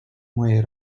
moje